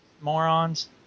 Morons